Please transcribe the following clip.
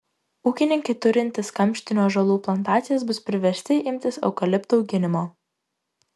ūkininkai turintys kamštinių ąžuolų plantacijas bus priversti imtis eukaliptų auginimo